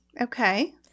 Okay